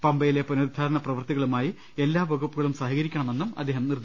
പമ്പയിലെ പുനരുദ്ധാരണ പ്രവൃത്തികളുമായി എല്ലാ വകുപ്പുകളും സഹകരിക്കണമെന്നും അദ്ദേഹം പറഞ്ഞു